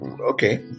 okay